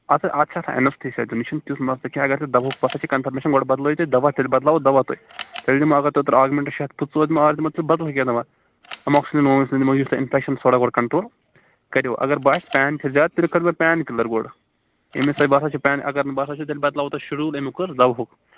اتھٕ اَتھ چھا آسان ایٚنستھیٖسیا دِیُن یہِ چھُنہٕ تیُتھ مَسلہٕ کیٚنٛہہ اگر ژٕ دَوہُک کَنفرمیشیٚن گۄڈٕ بَدلٲیِو تُہۍ دَوا تیٚلہِ بَدلاوو دَوا تۅہہِ تیٚلہِ دِمو اگر تۅہہِ اوترٕ آگمینٹَن شےٚ ہَتھ پٍنٛژھٕ اوس اَز دِمو تۅہہِ بَدلٕے کیٚنٛہہ تامَتھ ایٚماکسِلِن ویماکسِلِن دِمو یُس ژےٚ اِنفیٚکشیٚن تھوڑا بہت کَنٹرول کرِوٕ اگر باسہِ پین چھِ زیادٕ تیٚلہِ کٔرۍزیوٚ پین کِلَر گۄڈٕ ییٚمہِ وِزِ تۅہہِ باسان چھِ پین اگر نہ باسان چھِ تیٚلہِ بدلاوو تۅہہِ شِڈیوٗل ییٚمیُک حظ دَِوہُک